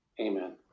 Amen